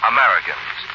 Americans